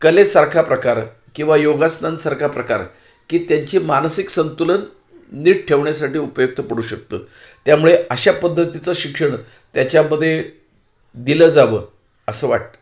कलेसारखा प्रकार किंवा योगासनांसारखा प्रकार की त्यांची मानसिक संतुलन नीट ठेवण्यासाठी उपयुक्त पडू शकतं त्यामुळे अशा पद्धतीचं शिक्षण त्याच्यामध्ये दिलं जावं असं वाटतं